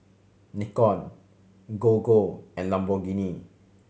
Nikon Gogo and Lamborghini